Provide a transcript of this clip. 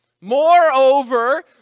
Moreover